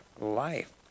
life